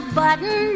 button